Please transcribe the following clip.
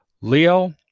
Leo